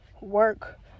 work